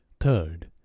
third